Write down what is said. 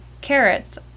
Carrots